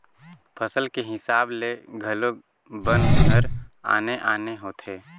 फसल के हिसाब ले घलो बन हर आने आने होथे